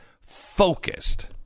focused